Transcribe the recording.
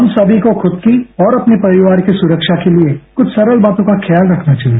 हम सभी को खुद की और अपनी परिवार की सुरक्षा के लिए कुछ सरल बातों का ख्याल रखना चाहिए